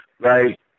right